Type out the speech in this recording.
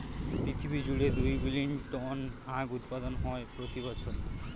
পৃথিবী জুড়ে দুই বিলীন টন আখ উৎপাদন হয় প্রতি বছর